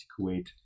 kuwait